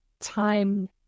time